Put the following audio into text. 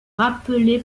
rappelé